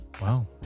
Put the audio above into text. Wow